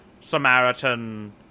Samaritan